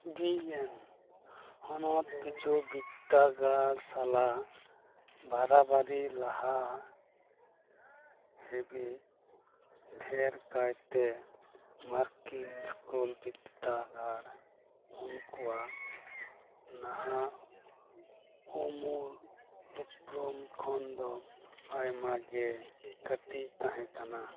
B ᱮᱱ ᱦᱚᱱᱚᱛ ᱯᱤᱪᱷᱩ ᱵᱤᱫᱽᱫᱟᱜᱟᱲ ᱥᱟᱞᱟᱜ ᱵᱟᱨᱟᱵᱟᱹᱨᱤ ᱞᱟᱦᱟ ᱦᱟᱹᱵᱤᱡ ᱰᱷᱮᱨ ᱠᱟᱭᱛᱮ ᱢᱟᱨᱠᱤᱝ ᱥᱠᱩᱞ ᱵᱤᱫᱽᱫᱟᱹᱜᱟᱲ ᱩᱱᱠᱩᱣᱟᱜ ᱱᱟᱦᱟᱜ ᱩᱢᱩᱞ ᱩᱯᱨᱩᱢ ᱠᱷᱚᱱ ᱫᱚ ᱟᱭᱢᱟ ᱜᱮ ᱠᱟᱹᱴᱤᱡ ᱛᱟᱦᱮᱸ ᱠᱟᱱᱟ